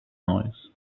noise